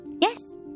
Yes